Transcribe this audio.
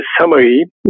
summary